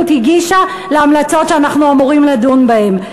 הגישה להמלצות שאנחנו אמורים לדון בהן.